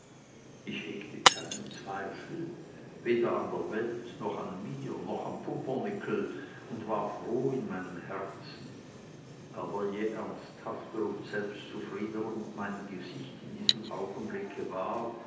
ich hegte keinen zweifel weder an der welt noch an mir noch am pumpernickel und war froh in meinem herzen aber je ernsthafter und selbstzufriedener mein gesicht in diesem augenblicke war